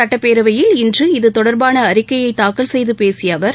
சட்டப்பேரவையில் இன்று இதுதொடர்பாள அறிக்கையை தாக்கல் செய்து பேசிய அவர்